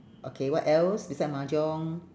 okay what else beside mahjong